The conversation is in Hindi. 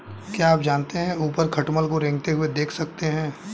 क्या आप अपने ऊपर खटमल को रेंगते हुए देख सकते हैं?